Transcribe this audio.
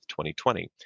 2020